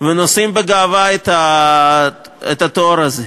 ונושאים בגאווה את התואר הזה.